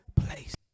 place